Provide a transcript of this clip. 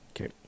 Okay